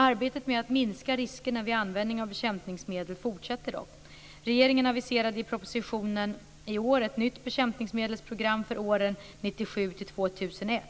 Arbetet med att minska riskerna vid användning av bekämpningsmedel fortsätter dock. Regeringen aviserade i propositionen 1997/98:2 ett nytt bekämpningsmedelsprogram för åren 1997-2001.